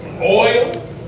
oil